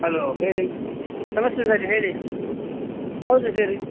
hello ಹೇಳಿ ನಮಸ್ತೆ sir ಹೇಳಿ ಹೌದು ಸರ್